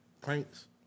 Pranks